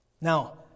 Now